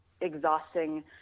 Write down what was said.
exhausting